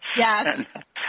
Yes